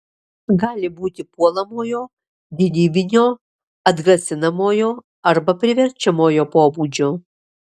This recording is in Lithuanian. gali būti puolamojo gynybinio atgrasinamojo arba priverčiamojo pobūdžio